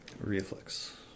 Reflex